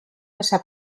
esa